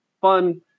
fun